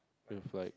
with like